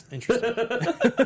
interesting